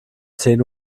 zehn